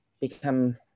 become